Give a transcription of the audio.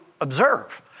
observe